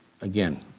again